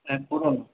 হ্যাঁ পুরনো